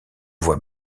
vois